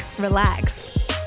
Relax